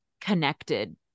connected